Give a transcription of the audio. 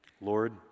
Lord